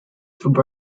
through